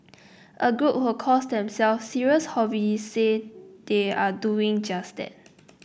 a group who calls themselves serious hobby say they are doing just that